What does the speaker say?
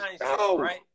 right